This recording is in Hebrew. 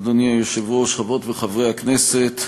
חברות וחברי הכנסת,